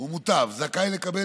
לקבל